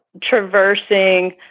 traversing